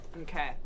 okay